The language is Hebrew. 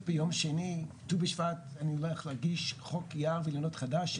ביום שני ט"ו בשבט אני הולך להגיש חוק יער אילנות חדש,